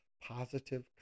positive